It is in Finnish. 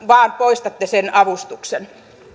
vaan poistatte sen avustuksen